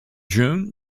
june